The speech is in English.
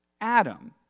Adam